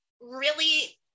really-